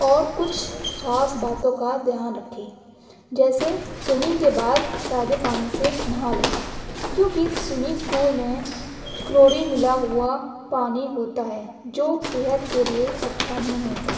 اور کچھ خاص باتوں کا دھیان رکھے جیسے سوئمنگ کے بعد سادے پانی سے نہا لے کیوںکہ سوئمنگ پول میں کلورین ملا ہوا پانی ہوتا ہے جو صحت کے لیے اچھا نہیں ہوتا